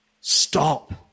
Stop